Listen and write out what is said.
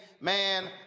man